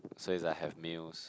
so is I have meals